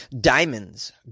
Diamonds